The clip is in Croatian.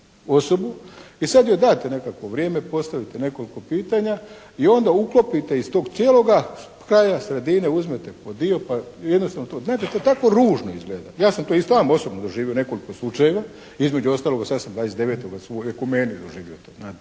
i sad joj date nekakvo vrijeme, postavite nekoliko pitanja i onda uklopite iz tog cijeloga kraja, sredine uzmete po dio, pa jednostavno, znate to tako ružno izgleda. Ja sam to i sam osobno doživio u nekoliko slučajeva. Između ostaloga, sad sam 29. u svojoj ekumeni doživio to, znate,